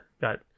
got